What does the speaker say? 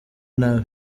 nabi